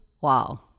wow